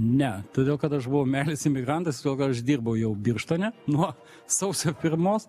ne todėl kad aš buvau meilės imigrantas todėl kad aš uždirbau jau birštone nuo sausio pirmos